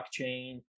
blockchain